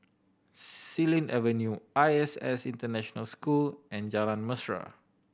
Xilin Avenue I S S International School and Jalan Mesra